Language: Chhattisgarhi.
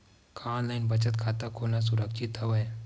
का ऑनलाइन बचत खाता खोला सुरक्षित हवय?